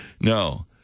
No